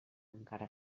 encara